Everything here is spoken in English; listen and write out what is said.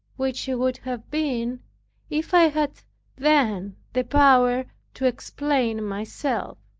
which he would have been if i had then the power to explain myself.